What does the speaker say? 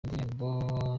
indirimbo